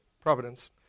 providence